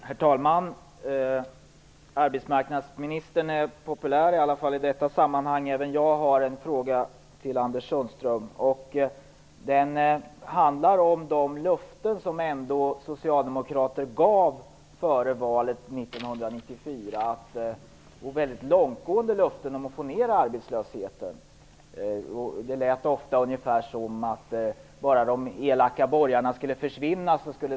Herr talman! Arbetsmarknadsministern är populär - i alla fall i detta sammanhang. Även jag har en fråga till Anders Sundström. Den handlar om de väldigt långtgående löften om att få ned arbetslösheten som socialdemokrater gav före valet 1994. Det lät ofta som om det skulle lösa sig bara de elaka borgarna försvann.